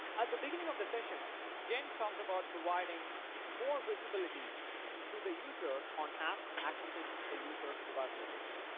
at the beginning of the session, jen talked about providing more visibility to the user on apps accessing the user's device location.